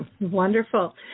Wonderful